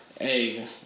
hey